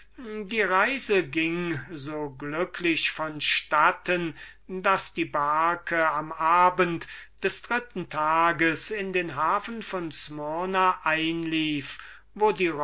die reise ging so glücklich von statten daß die barke am abend des dritten tages in den hafen von smyrna einlief wo die